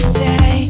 say